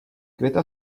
květa